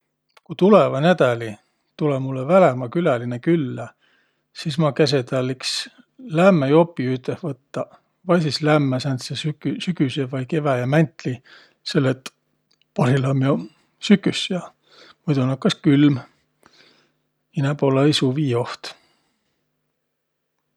Ku tulõva nädäli tulõ mullõ välämaa küläline küllä, sis ma käse täl iks lämmä jopi üteh võttaq vai sis lämmä sääntse keväjä- vai sügüsemäntli, selle et parhilla um jo süküs ja muido nakkas külm. Inämb olõ-õi suvi joht.